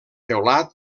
teulat